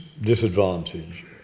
disadvantage